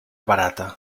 barata